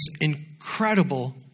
incredible